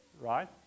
right